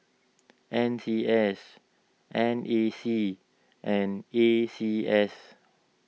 N C S N A C and A C S